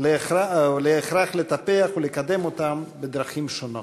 הקטנים ולהכרח לטפח ולקדם אותם בדרכים שונות.